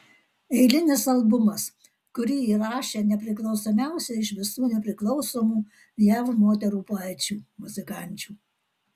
eilinis albumas kurį įrašė nepriklausomiausia iš visų nepriklausomų jav moterų poečių muzikančių